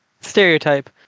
stereotype